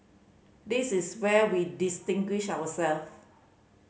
this is where we distinguish ourselves